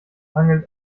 angelt